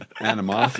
animosity